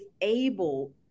able